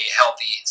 healthy